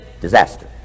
disaster